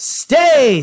stay